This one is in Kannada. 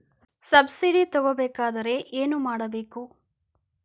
ಸಬ್ಸಿಡಿ ತಗೊಬೇಕಾದರೆ ಏನು ಮಾಡಬೇಕು?